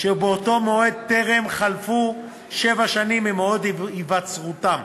שבאותו מועד טרם חלפו שבע שנים ממועד היווצרותם.